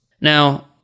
Now